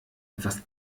etwas